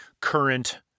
current